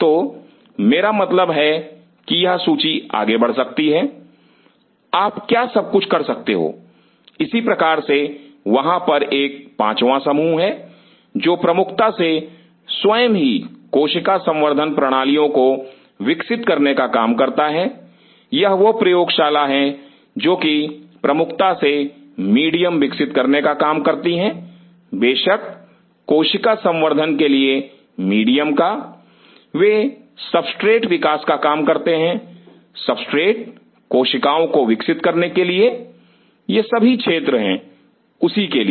तो मेरा मतलब है कि यह सूची आगे बढ़ सकती है आप क्या सब कुछ कर सकते हो इसी प्रकार से वहां पर एक पांचवा समूह है जो प्रमुखता से स्वयं ही कोशिका संवर्धन प्रणालियों को विकसित करने का काम करता है यह वह प्रयोगशाला हैं जो कि प्रमुखता से मीडियम विकसित करने का काम करती हैं बेशक कोशिका संवर्धन के लिए मीडियम का वे सबस्ट्रेट विकास का काम करते हैं सबस्ट्रेट कोशिकाओं को विकसित करने के लिए यह सभी हैं उसके लिए